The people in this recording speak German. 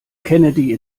kennedy